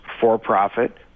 for-profit